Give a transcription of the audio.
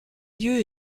lieu